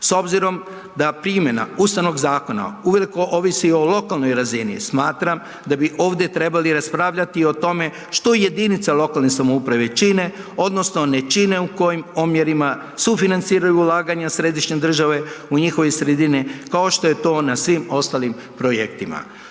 S obzirom da primjena Ustavnog zakona uveliko ovisi o lokalnoj razini smatram da bi ovde trebali raspravljati o tome što jedinice lokalne samouprave čine odnosno ne čine, u kojim omjerima sufinanciraju ulaganja središnje države u njihove sredine, kao što je to na svim ostalim projektima.